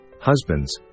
Husbands